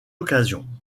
occasion